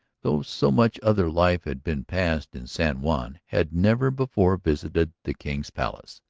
though so much other life had been passed in san juan, had never before visited the king's palace.